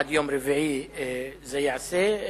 שעד יום רביעי זה ייעשה,